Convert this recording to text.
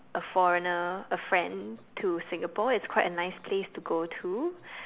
a foreigner a friend to Singapore it's quite a nice place to go to